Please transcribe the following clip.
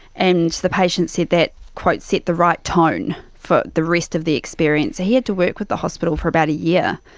and the patient said that set the right tone for the rest of the experience. he had to work with the hospital for about a year.